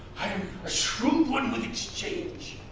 i'm a shrewd one with exchange.